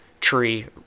tree